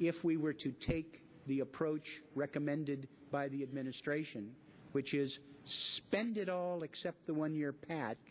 if we were to take the approach recommended by the administration which is spend it all except the one year